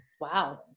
wow